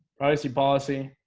probably see policy